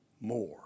more